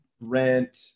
rent